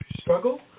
struggle